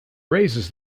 raises